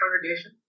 congregation